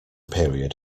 period